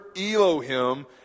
Elohim